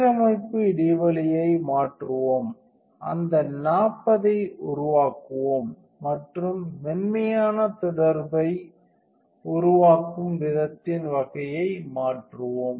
சீரமைப்பு இடைவெளியை மாற்றுவோம் அந்த 40 ஐ உருவாக்குவோம் மற்றும் மென்மையான தொடர்பை உருவாக்கும் விதத்தின் வகையை மாற்றுவோம்